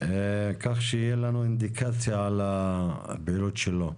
כך שתהיה לנו אינדיקציה על הפעילות שלו.